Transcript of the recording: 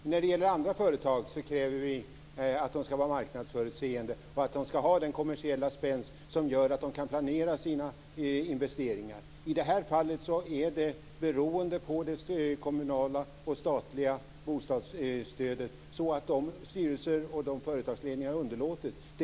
Fru talman! När det gäller andra företag kräver vi att de ska vara marknadsförutseende och att de ska ha den kommersiella spänst som gör att de kan planera sina investeringar. I det här fallet är det så, beroende på det kommunala och statliga bostadsstödet, att styrelser och företagsledningar har underlåtit att göra det.